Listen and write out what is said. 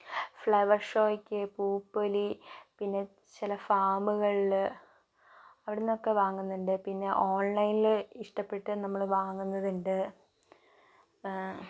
flower ഷോയ്ക്ക് പൂപ്പൊലി പിന്നെ ചില ഫാമുകളിൽ അവിടെ നിന്നൊക്കെ വാങ്ങുന്നുണ്ട് പിന്നെ ഓൺലൈനിൽ ഇഷ്ടപ്പെട്ട് നമ്മൾ വാങ്ങുന്നതുണ്ട്